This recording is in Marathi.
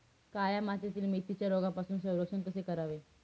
काळ्या मातीतील मेथीचे रोगापासून संरक्षण कसे करावे?